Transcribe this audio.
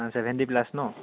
অঁ seventy plus ন